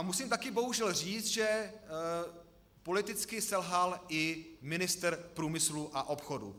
Musím taky bohužel říct, že politicky selhal i ministr průmyslu a obchodu.